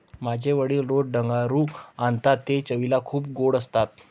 माझे वडील रोज डांगरू आणतात ते चवीला खूप गोड असतात